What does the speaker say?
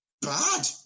bad